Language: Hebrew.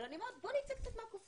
אבל אני אומרת בוא נצא קצת מהקופסא.